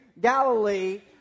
Galilee